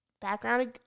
background